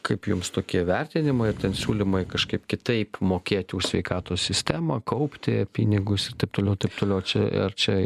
kaip jums tokie vertinimai ir ten siūlymai kažkaip kitaip mokėti už sveikatos sistemą kaupti pinigus ir taip toliau ir taip toliau ar čia ar čia